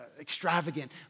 extravagant